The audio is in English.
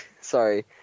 Sorry